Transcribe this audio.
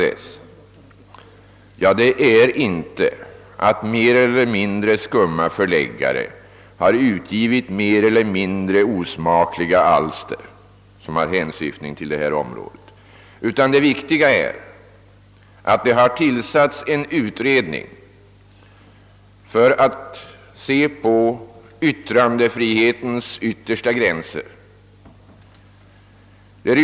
Det viktiga är inte att mer eller mindre skumma förläggare har utgivit mer eller mindre osmakliga alster som har hänsyftning till detta område, utan det viktiga är att det har tillsatts en utredning för att fastslå var yttrandefrihetens yttersta gränser går.